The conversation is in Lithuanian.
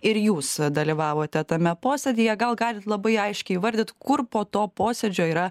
ir jūs dalyvavote tame posėdyje gal galit labai aiškiai įvardyt kur po to posėdžio yra